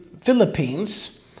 Philippines